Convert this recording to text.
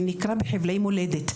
שנקרא: "בחבלי מולדת",